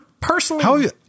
personally